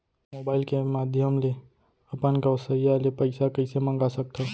Mobile के माधयम ले अपन गोसैय्या ले पइसा कइसे मंगा सकथव?